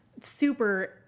super